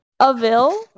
Avil